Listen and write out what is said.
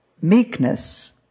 Meekness